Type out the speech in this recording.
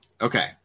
Okay